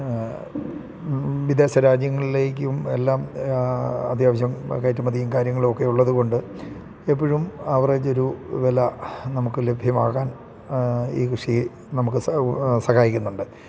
വിദേശ രാജ്യങ്ങളിലേക്കും എല്ലാം അത്യാവശ്യം കയറ്റുമതിയും കാര്യങ്ങളും ഒക്കെ ഉള്ളതു കൊണ്ട് എപ്പോഴും ആവറേജ് ഒരു വില നമുക്ക് ലഭ്യമാകാൻ ഈ കൃഷി നമുക്ക് സഹായിക്കുന്നുണ്ട്